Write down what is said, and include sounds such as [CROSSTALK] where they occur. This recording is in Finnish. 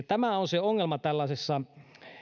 [UNINTELLIGIBLE] tämä on se ongelma tällaisessa